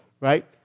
right